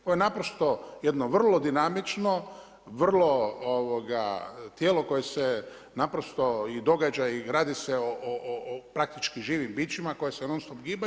Ovo je naprosto jedno vrlo dinamično, vrlo tijelo koje se naprosto i događa i radi se o praktički živim bićima koja se non stop gibaju.